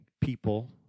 people